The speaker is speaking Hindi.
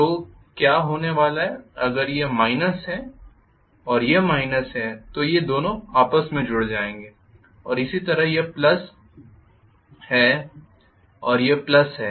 तो क्या होने वाला है अगर यह माइनस है और यह माइनस है तो ये दोनों आपस में जुड़ जाएंगे और इसी तरह यह प्लस है और यह प्लस है